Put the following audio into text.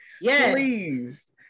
please